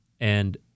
And-